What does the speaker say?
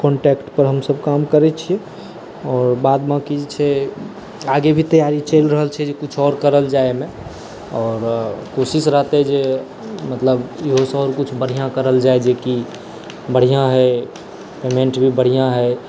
कॉन्ट्रैक्टपर हमसब काम करै छिए आओर बादमे कि छै आगे भी तैआरी चलि रहल छै जे किछु आओर करल जाए एहिमे आओर कोशिश रहतै जे मतलब इहोसँ किछु बढ़िआँ करल जाए जेकि बढ़िआँ होइ पेमेन्ट भी बढ़िआँ होइ